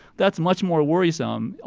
that's much more worrisome,